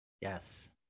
Yes